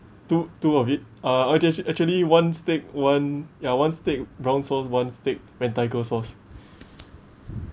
two two of it uh actually actually one steak one ya one steak brown sauce one steak mentaiko sauce